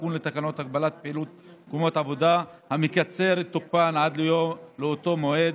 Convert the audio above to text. תיקון לתקנות הגבלת פעילות במקומות עבודה המקצר את תוקפן עד לאותו מועד,